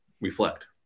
reflect